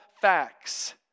facts